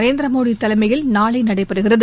நரேந்திரமோடி தலைமையில் நாளை நடைபெறுகிறது